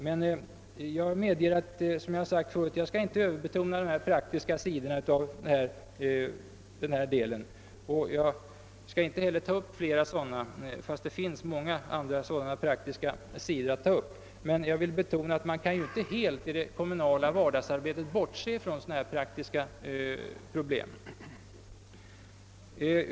Men jag skall, som jag sagt förut, inte överbetona de praktiska sidorna. Jag skall inte heller ta upp flera sådana, fastän det finns många andra sådana praktiska sidor att ta upp. Men jag vill betona att man i det kommunala vardagsarbetet inte helt kan bortse från sådana praktiska problem.